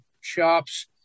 shops